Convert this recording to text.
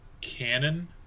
canon